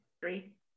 three